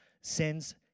sends